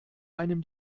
einem